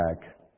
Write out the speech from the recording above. back